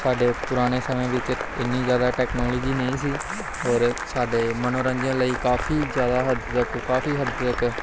ਸਾਡੇ ਪੁਰਾਣੇ ਸਮੇਂ ਵਿੱਚ ਇੰਨੀ ਜ਼ਿਆਦਾ ਟੈਕਨੋਲੋਜੀ ਨਹੀਂ ਸੀ ਔਰ ਸਾਡੇ ਮਨੋਰੰਜਨ ਲਈ ਕਾਫੀ ਜ਼ਿਆਦਾ ਹੱਦ ਤੱਕ ਕਾਫੀ ਹੱਦ ਤੱਕ